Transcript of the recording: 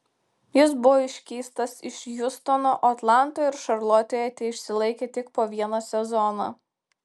jis buvo iškeistas iš hjustono o atlantoje ir šarlotėje teišsilaikė tik po vieną sezoną